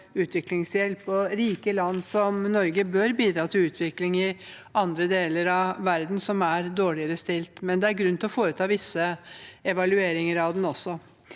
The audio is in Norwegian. utviklingshjelp. Rike land som Norge bør bidra til utvikling i andre deler av verden som er dårligere stilt. Men det er grunn til å foreta visse evalueringer av det også.